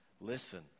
Listen